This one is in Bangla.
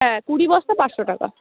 হ্যাঁ কুড়ি বস্তা পাঁচশো টাকা